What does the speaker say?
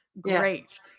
Great